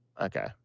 Okay